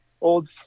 old